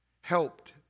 helped